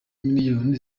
miliyoni